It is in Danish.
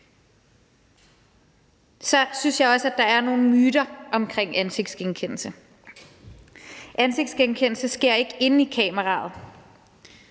Så synes jeg også, at der er nogle myter omkring ansigtsgenkendelse. Ansigtsgenkendelse sker ikke inde i kameraet;